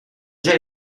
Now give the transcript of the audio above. già